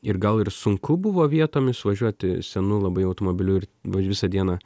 ir gal ir sunku buvo vietomis važiuoti senu labai automobiliu ir ir visą dieną